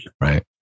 right